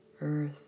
earth